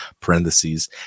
parentheses